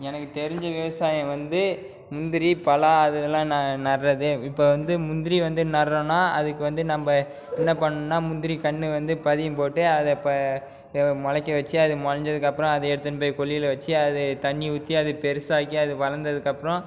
எனக்குத் தெரிஞ்ச விவசாயம் வந்து முந்திரி பலா அது இதெல்லாம் நான் நடறது இப்போ வந்து முந்திரி வந்து நடறோன்னா அது இப்போ வந்து நம்ப என்னப் பண்ணோன்னா முந்திரி கன்று வந்து பதியம் போட்டு அதை ப முளைக்க வச்சு அது முளைஞ்சதுக்கப்பறம் அதை எடுத்துன்னுபோய் கொல்லையில வச்சு அதை தண்ணி ஊற்றி அது பெருசாக்கி அது வளர்ந்ததுக்கப்பறம்